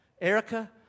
Erica